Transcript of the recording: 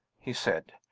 he said.